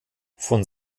von